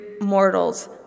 mortals